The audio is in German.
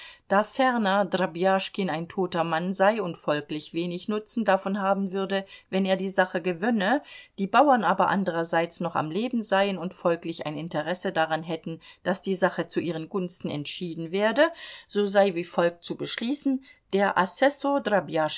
da ferner drobjaschkin ein toter mann sei und folglich wenig nutzen davon haben würde wenn er die sache gewönne die bauern aber andererseits noch am leben seien und folglich ein interesse daran hätten daß die sache zu ihren gunsten entschieden werde so sei wie folgt zu beschließen der assessor